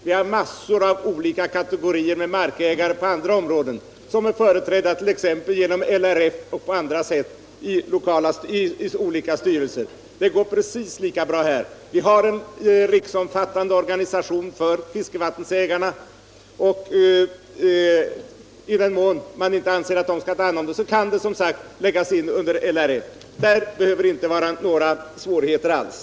Det finns massor av olika kategorier markägare på andra områden som är företrädda t.ex. genom LRF och på annat sätt i olika styrelser. Det går precis lika bra här. Vi har en riksomfattande organisation för fiskevattensägarna och i den mån man inte anser att den organisationen skall ta hand om detta uppdrag kan det, som sagt, läggas in under LRF. Det behöver inte vara några svårigheter alls.